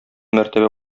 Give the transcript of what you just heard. мәртәбә